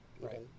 Right